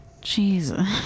Jesus